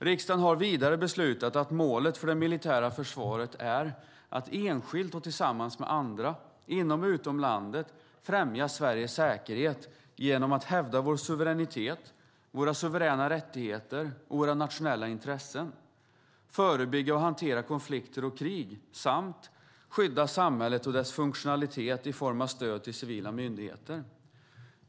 Riksdagen har vidare beslutat att målet för det militära försvaret är att, enskilt och tillsammans med andra, inom och utom landet, främja Sveriges säkerhet genom att hävda vår suveränitet, våra suveräna rättigheter och våra nationella intressen förebygga och hantera konflikter och krig skydda samhället och dess funktionalitet i form av stöd till civila myndigheter.